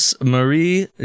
marie